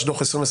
הדו"ח של 2022?